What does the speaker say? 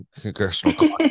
congressional